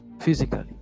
physically